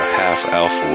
half-elf